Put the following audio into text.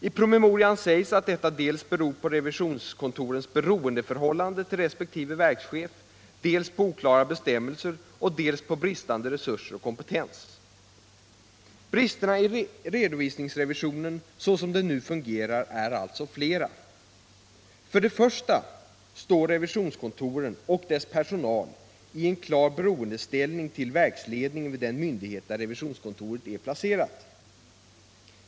I promemorian sägs att detta dels beror på revisionskontorens beroendeförhållande till resp. verkschef, dels på oklara bestämmelser och dels på bristande resurser och kompetens. Bristerna i redovisningsrevisionen, såsom den nu fungerar, är alltså flera. För det första står revisionskontoren, och deras personal, i en klar beroendeställning till verksledningen vid den myndighet där revisionskontoret är placerat.